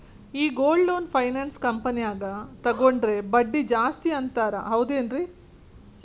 ಈ gold loan finance ಕಂಪನ್ಯಾಗ ತಗೊಂಡ್ರೆ ಬಡ್ಡಿ ಜಾಸ್ತಿ ಅಂತಾರ ಹೌದೇನ್ರಿ?